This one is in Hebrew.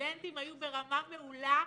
הסטודנטים היו ברמה מעולה,